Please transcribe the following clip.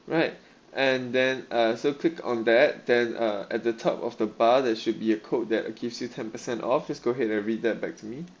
right and then uh so click on that then uh at the top of the bar there should be a code that gives you ten percent off just go ahead and read that back to me